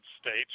States